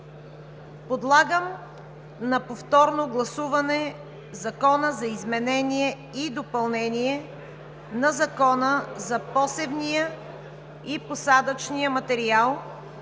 Подлагам на повторно гласуване Закона за изменение и допълнение на Закона за посевния и посадъчния материал,